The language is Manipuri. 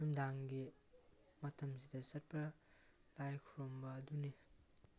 ꯅꯨꯡꯗꯥꯡꯒꯤ ꯃꯇꯝꯁꯤꯗ ꯆꯠꯄ ꯂꯥꯏ ꯈꯨꯔꯝꯕ ꯑꯗꯨꯅꯤ